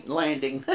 landing